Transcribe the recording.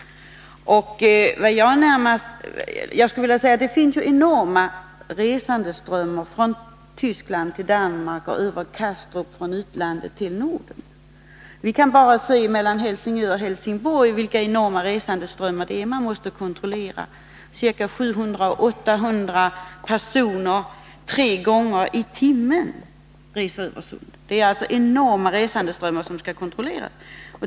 Det är ju enorma resandeströmmar från Tyskland till Danmark och över Kastrup från utlandet till Norden. Vi kan bara se vilka resandeströmmar det är man måste kontrollera mellan Helsingör och Helsingborg — 700-800 personer reser tre gånger i timmen över Sundet. Det är alltså enorma resandeströmmar som skall kontrolleras.